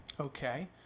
Okay